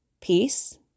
peace